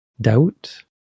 doubt